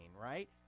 right